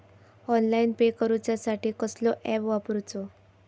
Online pay करूचा साठी कसलो ऍप वापरूचो?